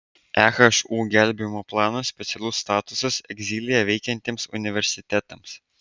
ehu gelbėjimo planas specialus statusas egzilyje veikiantiems universitetams